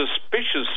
suspicious